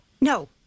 No